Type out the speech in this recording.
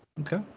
Okay